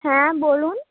হ্যাঁ বলুন